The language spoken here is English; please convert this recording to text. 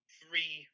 three